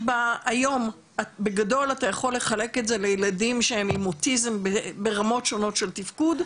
היום בגדול אתה יכול לחלק את זה לילדים עם אוטיזם ברמות שונות של תפקוד.